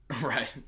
Right